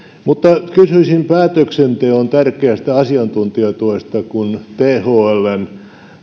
kysyisin päätöksenteon tärkeästä asiantuntijatuesta kun thln